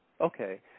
Okay